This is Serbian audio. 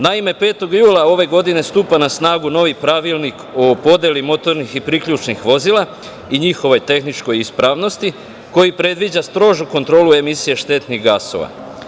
Naime, 5. jula ove godine stupa na snagu novi Pravilnik o podeli motornih i priključnih vozila i njihovoj tehničkoj ispravnosti, koji predviđa strožu kontrolu emisije štetnih gasova.